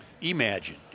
Imagine